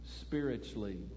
spiritually